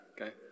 Okay